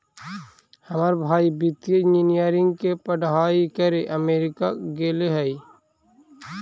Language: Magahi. हमर भाई वित्तीय इंजीनियरिंग के पढ़ाई करे अमेरिका गेले हइ